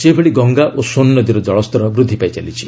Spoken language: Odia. ସେହିଭଳି ଗଙ୍ଗା ଓ ସୋନ୍ ନଦୀର ଜଳସ୍ତର ବୃଦ୍ଧି ପାଇଚାଲିଛି